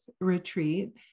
retreat